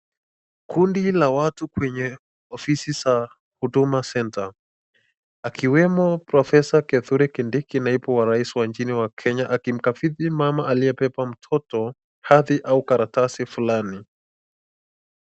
Kundi la watu kwenye ofisi za huduma centre ,Akiwemo profesa Kithuri Kindiki naibu wa rais wa nchini wa Kenya akimkafidhi mama aliyebeba mtoto, hadhi au karatasi fulani.